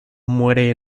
muere